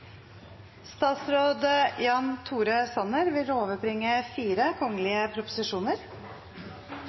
Statsråd Jan Tore Sanner vil